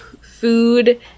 food